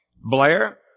Blair